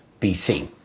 BC